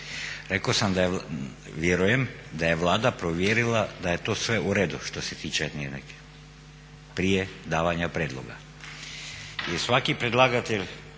vjerujem da je Vlada provjerila da je to sve u redu što se tiče prije davanja prijedloga.